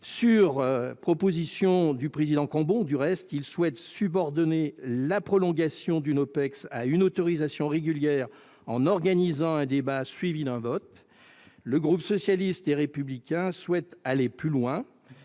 sur proposition du président Cambon ; il souhaite subordonner la prolongation d'une OPEX à une autorisation régulière en organisant un débat suivi d'un vote. Le groupe socialiste et républicain désire aller plus loin.